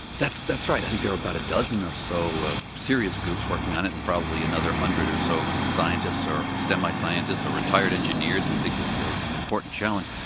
that's that's right. i think there are about a dozen or so ah serious groups working on it and probably another one hundred or so scientists, or semi-scientists, or retired engineers who think this is ah an important challenge.